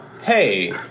hey